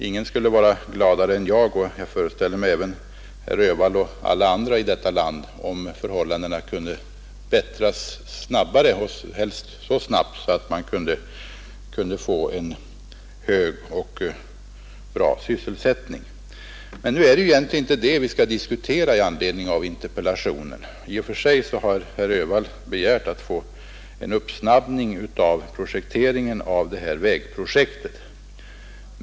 Ingen skulle vara gladare än jag — och jag föreställer mig även herr Öhvall och alla andra i detta land — om förhållandena kunde bättras snabbare och helst så snabbt att man kunde få en hög och bra sysselsättning. Men nu är det egentligen inte det vi skall diskutera i anledning av interpellationen. I och för sig har herr Öhvall begärt att få en uppsnabbning av projekteringen av det här vägprojektet.